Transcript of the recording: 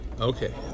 Okay